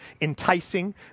Enticing